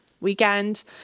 weekend